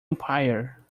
empire